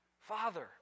Father